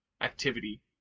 activity